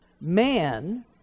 man